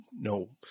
no